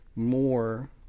more